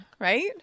right